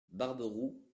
barberou